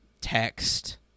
text